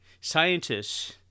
scientists